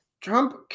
Trump